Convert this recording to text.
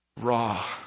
raw